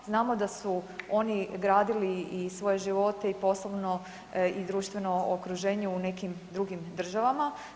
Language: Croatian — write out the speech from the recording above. Znamo da su oni gradili i svoje živote i poslovno i društveno okruženje u nekim drugim državama.